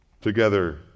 together